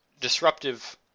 disruptive